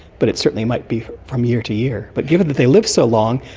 but it certainly might be from year to year. but given that they live so long,